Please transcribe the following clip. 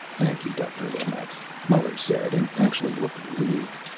thank you, dr. lomax, muller said, and actually looked relieved.